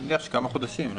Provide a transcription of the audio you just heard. אני מניח שכמה חודשים.